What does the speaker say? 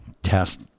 test